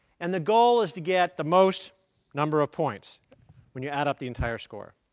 and the goal is to get the most number of points when you add up the entire score.